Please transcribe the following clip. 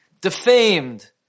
defamed